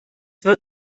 wird